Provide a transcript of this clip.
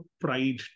pride